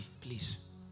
please